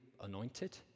anointed